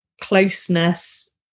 closeness